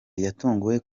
yatunguwe